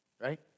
Right